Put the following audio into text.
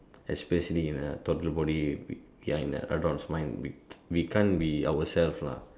especially uh toddler body we are in a adults mind we we can't be ourselves lah